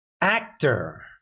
actor